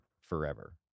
forever